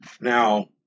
Now